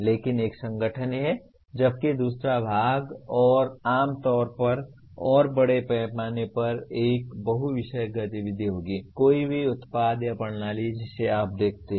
लेकिन एक संगठन में जबकि दूसरा भाग आम तौर पर और बड़े पैमाने पर यह एक बहु विषयक गतिविधि होगी कोई भी उत्पाद या प्रणाली जिसे आप देखते हैं